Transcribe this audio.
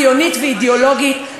ציונית ואידיאולוגית,